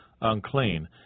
unclean